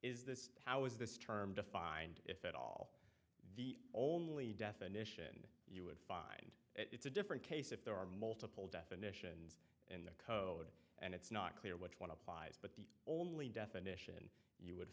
this how is this term defined if at all the only definition you would find it's a different case if there are multiple definitions in the code and it's not clear which one applies but the only definition you would